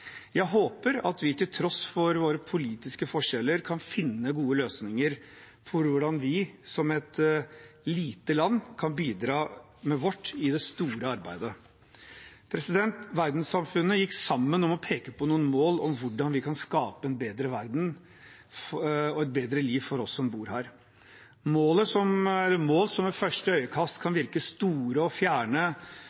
Jeg håper at vi til tross for våre politiske forskjeller kan finne gode løsninger for hvordan vi som et lite land kan bidra med vårt i det store arbeidet. Verdenssamfunnet gikk sammen om å peke på noen mål om hvordan vi kan skape en bedre verden og et bedre liv for oss som bor her. Det er mål som ved første øyekast kan